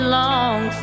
long